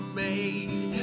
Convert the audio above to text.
made